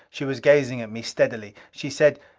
she was gazing at me steadily. she said,